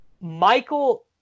Michael